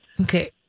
Okay